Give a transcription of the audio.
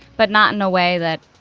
but not in a way that